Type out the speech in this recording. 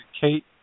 kate